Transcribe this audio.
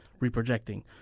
reprojecting